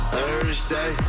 Thursday